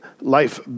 life